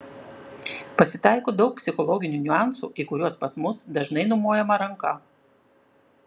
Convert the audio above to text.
pasitaiko daug psichologinių niuansų į kuriuos pas mus dažnai numojama ranka